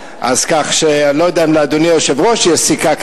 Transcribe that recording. כך שאני לא יודע אם לאדוני היושב-ראש יש סיכה.